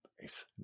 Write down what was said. Nice